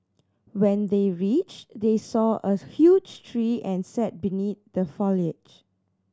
when they reached they saw a huge tree and sat beneath the foliage